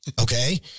Okay